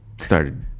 started